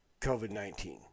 COVID-19